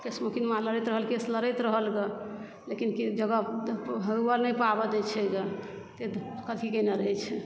केस मुकदमा लड़ैत रहल केस लड़ैत रहल गे लेकिन जगह हुअ नहि पाबऽ दै छै गे अथी कयने रहय छै